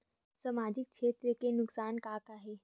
सामाजिक क्षेत्र के नुकसान का का हे?